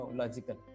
logical